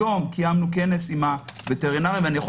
היום קיימנו כנס עם הווטרינרים ואני יכול